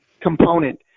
component